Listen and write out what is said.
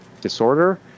disorder